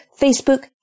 Facebook